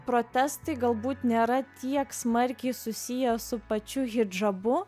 protestai galbūt nėra tiek smarkiai susiję su pačiu hidžabu